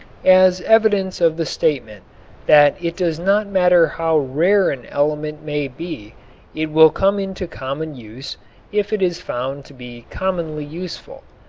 as evidence of the statement that it does not matter how rare an element may be it will come into common use if it is found to be commonly useful,